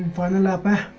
one and ah but